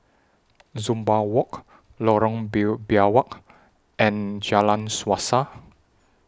Dunbar Walk Lorong Biawak and Jalan Suasa